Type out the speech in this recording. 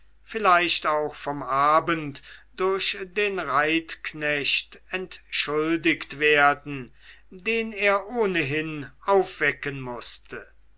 vielleicht auch vom abend durch den reitknecht entschuldigt werden den er ohnehin aufwecken mußte